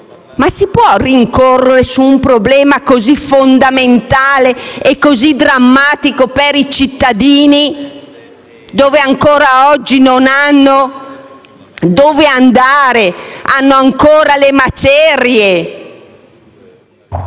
alla rincorsa su un problema così fondamentale e così drammatico per dei cittadini che ancora oggi non hanno dove andare e hanno ancora le macerie?